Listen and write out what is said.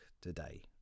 today